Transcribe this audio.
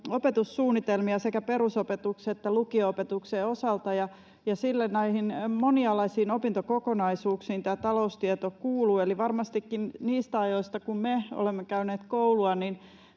opetussuunnitelmia sekä perusopetuksen että lukio-opetuksen osalta, ja siellä näihin monialaisiin opintokokonaisuuksiin tämä taloustieto kuuluu. Eli varmastikin niistä ajoista, kun me olemme käyneet koulua,